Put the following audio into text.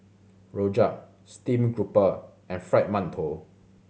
rojak steamed grouper and Fried Mantou